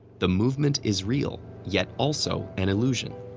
the movement is real, yet also an illusion.